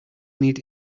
need